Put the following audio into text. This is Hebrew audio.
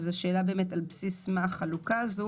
השאלה היא: על בסיס מה החלוקה הזאת